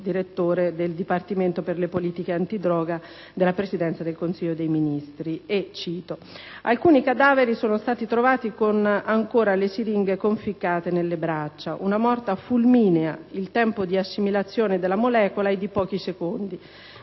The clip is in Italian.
direttore del Dipartimento per le politiche antidroga della Presidenza del Consiglio dei ministri, che cito: «Alcuni cadaveri sono stati trovati con ancora le siringhe conficcate nelle braccia. Una morte fulminea. Il tempo di assimilazione della molecola è di pochi secondi,